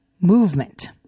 movement